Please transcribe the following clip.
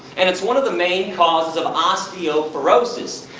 and it's one of the main causes of osteoporosis.